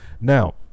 Now